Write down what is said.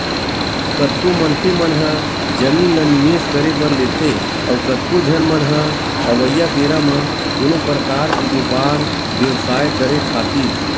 कतको मनखे मन ह जमीन ल निवेस करे बर लेथे अउ कतको झन मन ह अवइया बेरा म कोनो परकार के बेपार बेवसाय करे खातिर